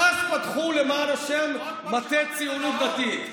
ש"ס פתחו, למען השם, מטה ציונות דתית.